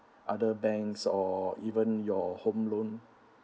other banks or even your home loan